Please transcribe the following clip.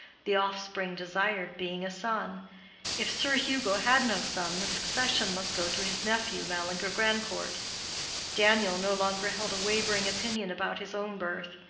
the offspring desired being a son if sir hugo had no son the succession must go to his nephew, mallinger grandcourt daniel no longer held a wavering opinion about his own birth.